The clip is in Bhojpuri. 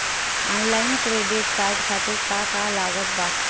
आनलाइन क्रेडिट कार्ड खातिर का का लागत बा?